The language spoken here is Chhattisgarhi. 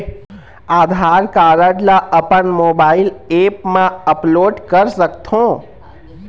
आधार कारड ला अपन मोबाइल ऐप मा अपलोड कर सकथों?